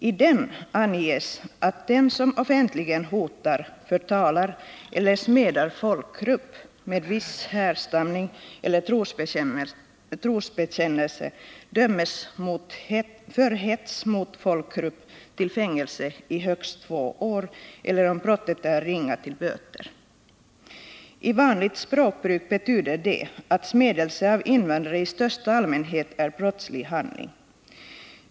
I den anges att den som offentligen hotar, förtalar eller smädar folkgrupp med viss härstamning eller trosbekännelse dömes för hets mot folkgrupp till fängelse i högst två år eller, om brottet är ringa, till böter. I vanligt språkbruk betyder det att smädelse av invandrare i största allmänhet är en brottslig handling.